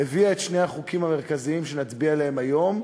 הביאה את שני החוקים המרכזיים שנצביע עליהם היום,